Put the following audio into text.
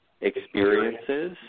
experiences